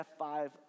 f5